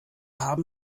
haben